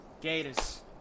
Gators